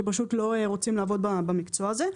שפשוט לא רוצים לעבוד במקצוע הזה.